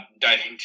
diving